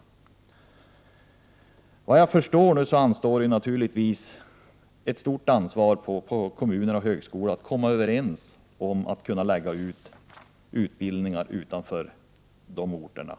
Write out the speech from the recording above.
Enligt vad jag förstår vilar ett stort ansvar på kommuner och högskolor när det gäller att komma överens om att lägga ut utbildningar utanför de orterna.